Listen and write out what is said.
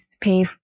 pay